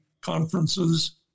conferences